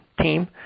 team